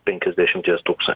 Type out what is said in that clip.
penkiasdešimties tūkstančių